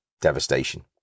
devastation